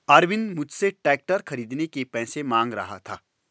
अरविंद मुझसे ट्रैक्टर खरीदने के पैसे मांग रहा था